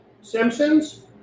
Simpsons